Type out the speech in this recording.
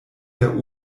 der